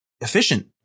efficient